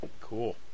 Cool